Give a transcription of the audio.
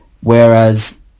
whereas